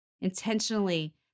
intentionally